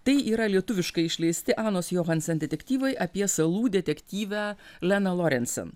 tai yra lietuviškai išleisti anos johansen detektyvai apie salų detektyvę leną lorencen